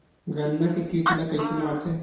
गन्ना के कीट ला कइसे मारथे?